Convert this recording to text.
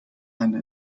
eine